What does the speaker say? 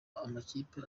amakipe